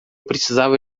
precisava